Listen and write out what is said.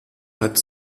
hat